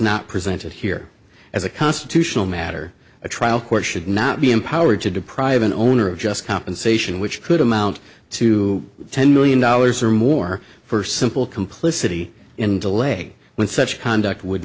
not presented here as a constitutional matter a trial court should not be empowered to deprive an owner of just compensation which could amount to ten million dollars or more for simple complicity in delay when such conduct would